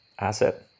asset